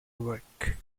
work